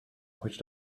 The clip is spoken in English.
which